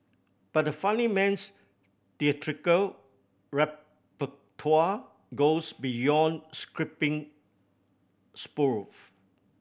but the funnyman's theatrical repertoire goes beyond scripting spoof